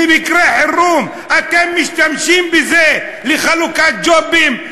למקרה חירום אתם משתמשים בזה לחלוקת ג'ובים.